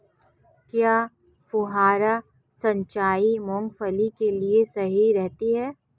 क्या फुहारा सिंचाई मूंगफली के लिए सही रहती है?